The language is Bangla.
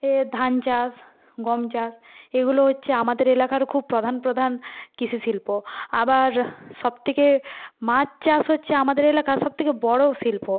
এ ধান চাষ গম চাষ এগুলো হচ্ছে আমাদের এলাকার খুব প্রধান প্রধান কৃষি শিল্প আবার সব থেকে মাছ চাষ হচ্ছে আমাদের এলাকার সব থেকে বড়ো শিল্প